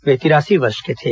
वे तिरासी वर्ष के थे